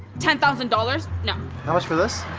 ten thousand dollars? no. how much for this?